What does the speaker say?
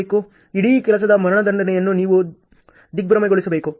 ಇಡೀ ಕೆಲಸದ ಮರಣದಂಡನೆಯನ್ನು ನೀವು ದಿಗ್ಭ್ರಮೆಗೊಳಿಸಬೇಕು